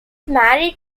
married